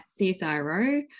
CSIRO